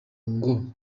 ngo